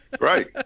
right